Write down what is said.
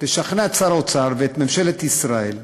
תשכנע את שר האוצר ואת ממשלת ישראל,